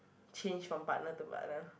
change from partner to partner